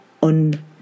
on